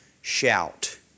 shout